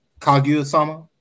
Kaguya-sama